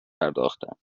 پرداختند